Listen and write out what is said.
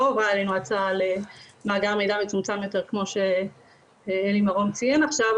לא הועברה אלינו הצעה למאגר מידע מצומצם יותר כמו שאלי מרום ציין עכשיו,